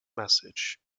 message